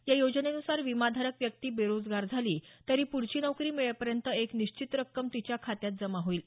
या योजनेनुसार विमाधारक व्यक्ती बेरोजगार झाली तरी पूढची नोकरी मिळेपर्यंत एक निश्चित रक्कम तिच्या खात्यात जमा होईल